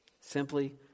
simply